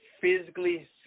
physically